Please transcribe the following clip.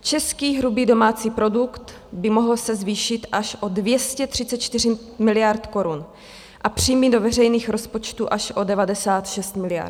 Český hrubý domácí produkt by mohl se zvýšit až o 234 miliard korun a příjmy do veřejných rozpočtů až o 96 miliard.